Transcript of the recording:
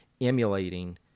emulating